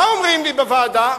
מה אומרים לי בוועדה?